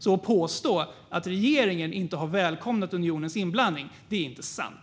Att påstå att regeringen inte har välkomnat unionens inblandning är alltså inte sant.